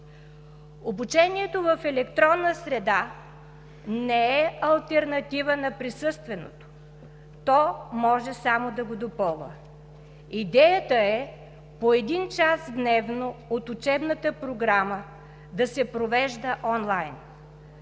Обучението в електронна среда не е алтернатива на присъственото, то може само да го допълва. Идеята е по един час дневно от учебната програма да се провежда онлайн.